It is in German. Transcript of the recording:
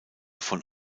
von